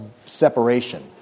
separation